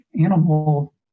animal